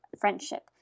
friendship